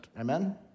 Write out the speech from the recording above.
Amen